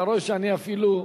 אתה רואה שאני אפילו,